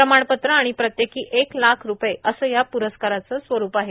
प्रमाणपत्र आणि प्रत्येकी एक लाख रूपये असे या प्रस्काराचे स्वरूप आहे